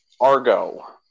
Argo